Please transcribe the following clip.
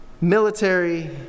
military